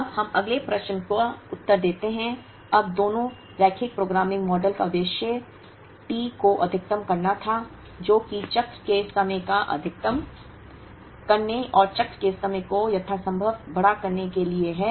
अब हम अगले प्रश्न का उत्तर देते हैं अब दोनों रैखिक प्रोग्रामिंग मॉडल का उद्देश्य T को अधिकतम करना था जो कि चक्र के समय को अधिकतम करने और चक्र के समय को यथासंभव बड़ा करने के लिए है